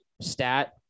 stat